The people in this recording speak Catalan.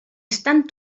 estan